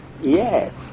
Yes